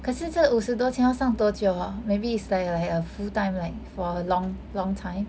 可是这个五十多千要上多久啊 maybe it's like a full time like for a long long time